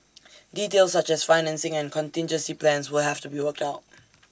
details such as financing and contingency plans will have to be worked out